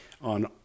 on